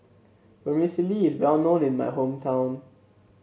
Vermicelli is well known in my hometown